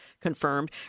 confirmed